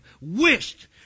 wished